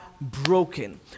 broken